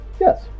Yes